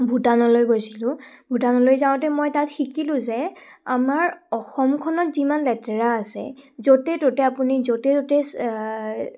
ভূটানলৈ গৈছিলোঁ ভূটানলৈ যাওঁতে মই তাত শিকিলোঁ যে আমাৰ অসমখনত যিমান লেতেৰা আছে য'তে ত'তে আপুনি য'তে ত'তে